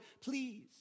please